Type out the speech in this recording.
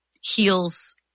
heals